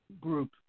group